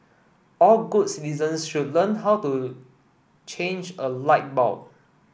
all good citizens should learn how to change a light bulb